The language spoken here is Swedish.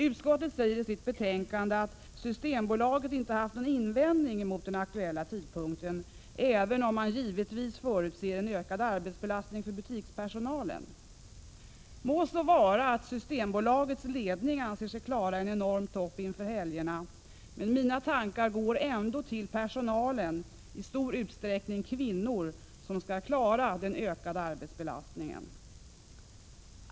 Utskottet säger i sitt betänkande att Systembolaget inte haft någon invändning mot den aktuella tidpunkten, även om bolaget givetvis förutser en ökad arbetsbelastning för butikspersonalen. Må så vara att Systembolagets ledning anser sig klara en enorm topp inför helgerna, men mina tankar går ändå till personalen — i stor utsträckning kvinnor — som skall klara den ökade arbetsbelastningen.